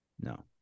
No